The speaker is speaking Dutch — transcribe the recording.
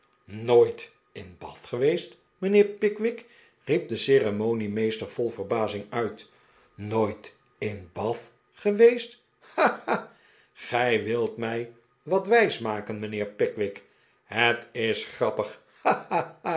nooit in bath geweest mijnheer pickwick riep de ceremoniemeester vol verbazing uit nooit in bath geweest ha ha gij wilt mij wat wijsmaken mijnheer pickwick het is grappig